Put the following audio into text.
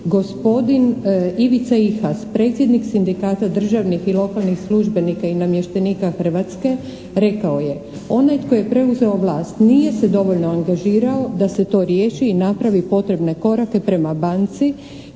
gospodin Ivica Ihas, predsjednik sindikata državnih i lokalnih službenika i namještenika Hrvatske rekao je, "…onaj tko je preuzeo vlast nije se dovoljno angažirao da se to riješi i napravi potrebne korake prema banci